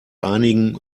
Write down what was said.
einigen